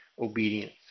obedience